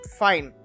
fine